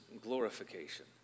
glorification